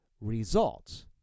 results